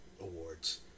awards